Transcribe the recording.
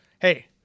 hey